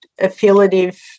affiliative